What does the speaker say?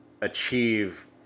achieve